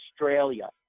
Australia